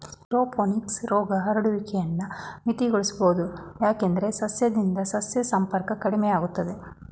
aeroponics ರೋಗ ಹರಡುವಿಕೆನ ಮಿತಿಗೊಳಿಸ್ಬೋದು ಯಾಕಂದ್ರೆ ಸಸ್ಯದಿಂದ ಸಸ್ಯ ಸಂಪರ್ಕ ಕಡಿಮೆಯಾಗ್ತದೆ